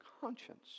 conscience